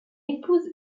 épouse